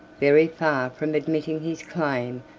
very far from admitting his claim,